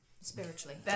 Spiritually